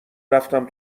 رفتم